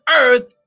earth